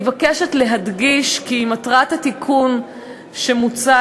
אני מבקשת להדגיש כי מטרת התיקון שמוצע